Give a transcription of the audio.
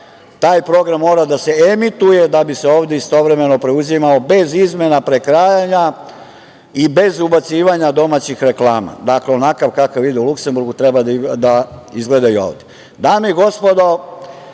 taj program mora da se emituje da bi se ovde istovremeno preuzimao, bez izmena, prekrajanja i bez ubacivanja domaćih reklama. Dakle, onakav kakav ide u Luksemburgu treba da izgledaju i